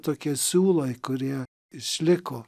tokie siūlai kurie išliko